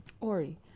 Ori